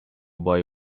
boy